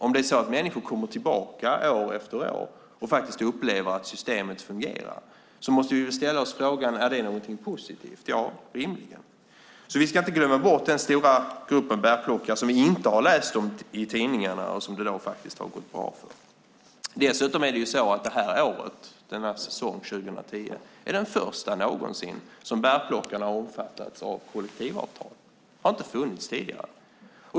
Om människor kommer tillbaka år efter år och upplever att systemet fungerar måste vi ställa oss frågan om det är något positivt. Ja, rimligen. Vi ska inte glömma bort den stora gruppen bärplockare som vi inte har läst om i tidningarna och som det faktiskt har gått bra för. Säsongen 2010 är den första någonsin som bärplockarna har omfattats av kollektivavtal. Det har inte funnits tidigare.